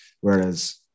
Whereas